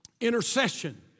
intercession